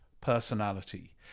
personality